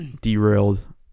derailed